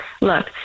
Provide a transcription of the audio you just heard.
Look